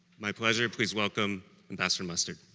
my pleasure, please welcome ambassador mustard.